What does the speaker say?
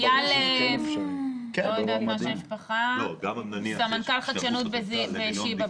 איל, סמנכ"ל חדשנות בשיבא,